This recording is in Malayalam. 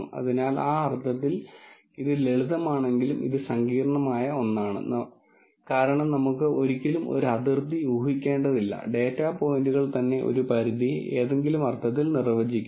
അതിനാൽ ആ അർത്ഥത്തിൽ ഇത് ലളിതമാണെങ്കിലും ഇത് സങ്കീർണ്ണമായ ഒന്നാണ് കാരണം നമുക്ക് ഒരിക്കലും ഒരു അതിർത്തി ഊഹിക്കേണ്ടതില്ല ഡാറ്റ പോയിന്റുകൾ തന്നെ ഒരു പരിധിയെ ഏതെങ്കിലും അർത്ഥത്തിൽ നിർവചിക്കുന്നു